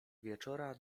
wieczora